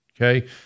okay